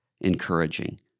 encouraging